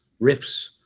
riffs